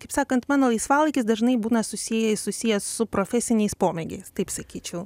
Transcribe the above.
kaip sakant mano laisvalaikis dažnai būna susiję susijęs su profesiniais pomėgiais taip sakyčiau